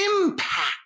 impact